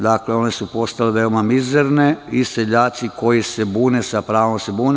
Dakle, one su postale veoma mizerne i seljaci, koji se bune, sa pravom se bune.